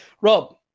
Rob